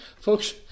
folks